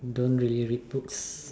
don't really read books